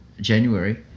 January